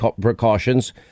precautions